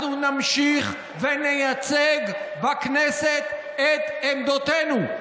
אנחנו נמשיך ונייצג בכנסת את עמדותינו.